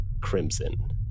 crimson